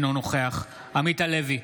אינו נוכח עמית הלוי,